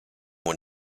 when